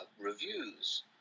reviews